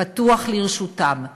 פתוח לרשותם.